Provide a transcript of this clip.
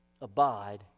Abide